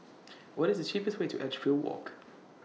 What IS The cheapest Way to Edgefield Walk